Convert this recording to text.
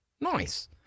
Nice